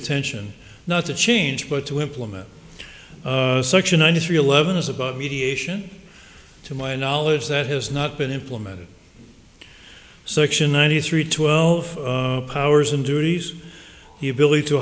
attention not to change but to implement section ninety three eleven is about mediation to my knowledge that has not been implemented section ninety three twelve powers and duties the ability to